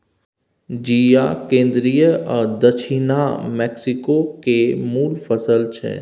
चिया केंद्रीय आ दछिनाहा मैक्सिको केर मुल फसल छै